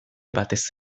batez